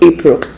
April